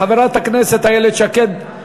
חברת הכנסת איילת שקד.